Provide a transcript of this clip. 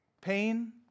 Pain